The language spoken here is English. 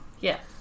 Yes